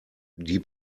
die